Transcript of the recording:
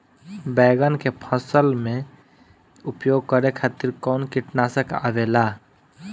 बैंगन के फसल में उपयोग करे खातिर कउन कीटनाशक आवेला?